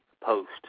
post